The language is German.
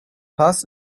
paz